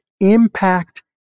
impact